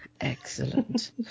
Excellent